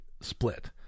split